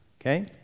okay